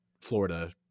Florida